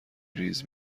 ریز